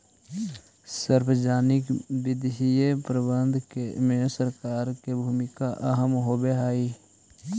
सार्वजनिक वित्तीय प्रबंधन में सरकार के भूमिका अहम होवऽ हइ